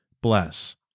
bless